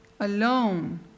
alone